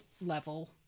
level